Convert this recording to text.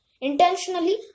intentionally